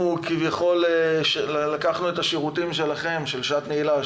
אנחנו כביכול לקחנו את השירותים של הסדרה "שעת נעילה",